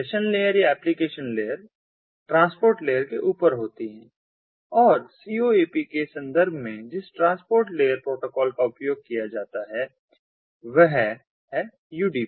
तो session layer या application layer transport layer के ऊपर होती है और COAP के संदर्भ में जिस ट्रांसपोर्ट लेयर प्रोटोकॉल का उपयोग किया जाता है वह है UDP